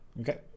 Okay